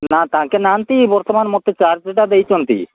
ନା ତାଙ୍କେ ନାହାନ୍ତି ବର୍ତ୍ତମାନ ମୋତେ ଚାର୍ଜଟା ଦେଇଛନ୍ତି